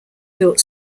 built